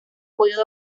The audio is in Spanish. podido